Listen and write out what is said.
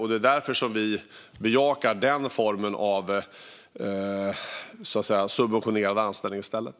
Det är därför som vi bejakar den formen av subventionerad anställning i stället.